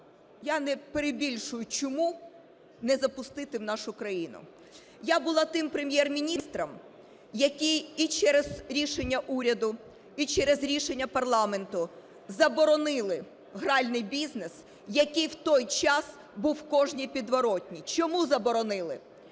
я не перебільшую, чуму не запустити в нашу країну. Я була тим Прем'єр-міністром, який і через рішення уряду, і через рішення парламенту заборонили гральний бізнес, який в той час був в кожній підворітні. Чому заборонили?